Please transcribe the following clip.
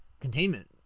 Containment